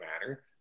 matter